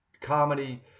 comedy